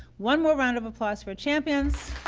one more round of applause for champions.